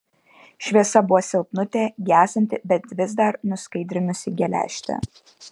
šviesa buvo silpnutė gęstanti bet vis dar nuskaidrinusi geležtę